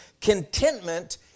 Contentment